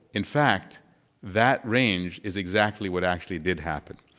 in fact that range is exactly what actually did happen.